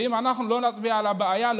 ואם אנחנו לא נצביע על הבעיה,